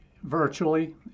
virtually